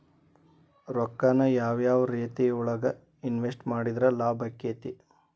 ರೊಕ್ಕಾನ ಯಾವ ಯಾವ ರೇತಿಯೊಳಗ ಇನ್ವೆಸ್ಟ್ ಮಾಡಿದ್ರ ಲಾಭಾಕ್ಕೆತಿ?